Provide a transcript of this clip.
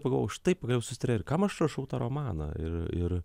pagalvojau štai pagaliau susitarė ir kam aš rašau tą romaną ir ir